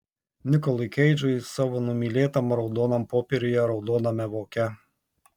nikolui keidžui savo numylėtam raudonam popieriuje raudoname voke